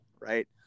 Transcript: right